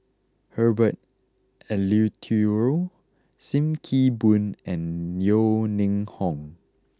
Herbert Eleuterio Sim Kee Boon and Yeo Ning Hong